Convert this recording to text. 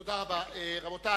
תודה רבה.